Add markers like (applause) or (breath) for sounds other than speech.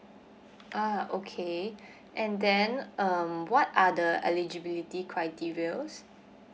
ah okay (breath) and then um what are the eligibility criteria